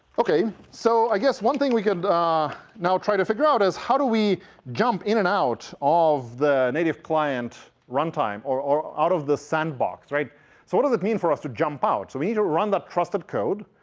ok. so i guess one thing we could ah now try to figure out is, how do we jump in and out of the native client runtime or or out of the sandbox? so what does it mean for us to jump out? so we need to run that trusted code.